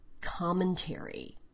commentary